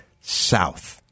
south